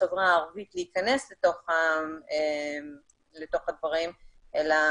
החברה הערבית להיכנס לתוך הדברים אלא